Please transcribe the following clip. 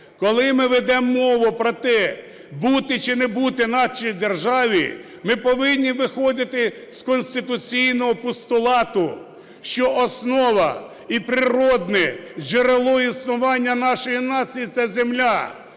коли ми ведемо мову про те, бути чи не бути нашій державі, ми повинні виходити з конституційного постулату, що основа і природне джерело існування нашої нації – це земля.